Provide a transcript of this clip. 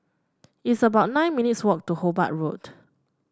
it's about nine minutes' walk to Hobart Road